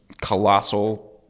colossal